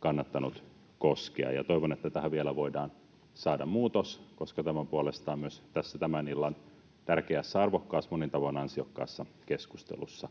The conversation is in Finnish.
kannattanut koskea, ja toivon, että tähän vielä voidaan saada muutos, koska tähän on puolestaan vedottu myös tässä tämän illan tärkeässä, arvokkaassa, monin tavoin ansiokkaassa keskustelussa.